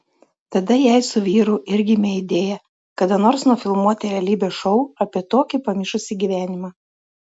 tada jai su vyru ir gimė idėja kada nors nufilmuoti realybės šou apie tokį pamišusį gyvenimą